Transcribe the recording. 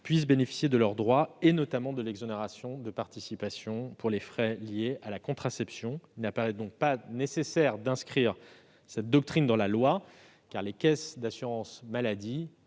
puissent bénéficier de leurs droits, notamment en matière d'exonération de participation pour les frais liés à la contraception. Il ne paraît pas nécessaire d'inscrire cette doctrine dans la loi, car les caisses d'assurance maladie